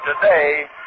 today